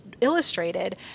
illustrated